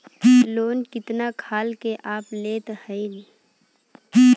Loan कितना खाल के आप लेत हईन?